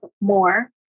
more